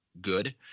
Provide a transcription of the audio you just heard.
good